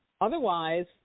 Otherwise